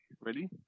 ready